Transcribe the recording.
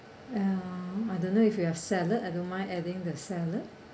uh I don't know if you have salad I don't mind adding the salad